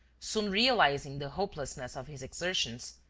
soon realizing the hopelessness of his exertions,